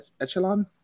echelon